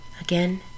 Again